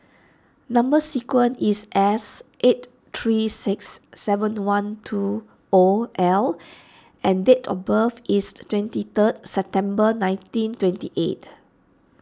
Number Sequence is S eight three six seven one two O L and date of birth is twenty third September nineteen twenty eight